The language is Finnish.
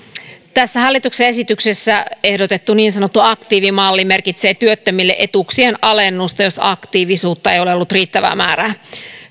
tässä hallituksen esityksessä ehdotettu niin sanottu aktiivimalli merkitsee työttömille etuuksien alennusta jos aktiivisuutta ei ole ollut riittävää määrää